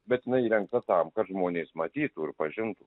bet jinai įrengta tam kad žmonės matytų ir pažintų